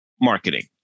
marketing